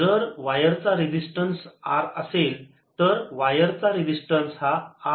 जर वायरचा resistance R असेल तर तर वायरचा रेजिस्टन्स हा R दिला आहे